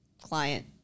client